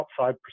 outside